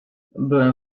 byłem